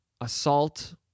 assault